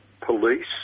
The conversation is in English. police